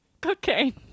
cocaine